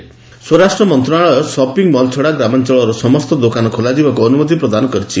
ଗଭ୍ relaxation ସ୍ୱରାଷ୍ଟ୍ର ମନ୍ତ୍ରଣାଳୟ shopping mall ଛଡା ଗ୍ରାମାଞ୍ଚଳର ସମସ୍ତ ଦୋକାନ ଖୋଲାଯିବାକୁ ଅନୁମତି ପ୍ରଦାନ କରିଛି